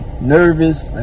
nervous